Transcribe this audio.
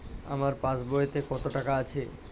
আমার পাসবইতে কত টাকা আছে?